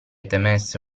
temesse